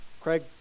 Craig